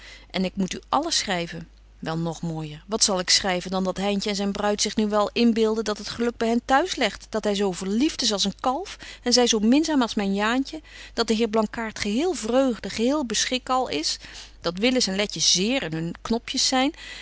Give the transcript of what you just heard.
en ik moet u alles schryven wel nog mooijer wat zal ik schryven dan dat heintje en zyn bruid zich nu wel inbeelbetje wolff en aagje deken historie van mejuffrouw sara burgerhart den dat het geluk by hen t'huis legt dat hy zo verlieft is als een kalf en zy zo minzaam als myn jaantje dat de heer blankaart geheel vreugd geheel beschik al is dat willis en letje zeer in hun knopjes zyn